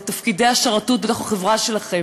את תפקידי השרתות בתוך החברה שלכם.